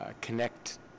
connect